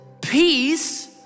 peace